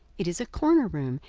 it is a corner room,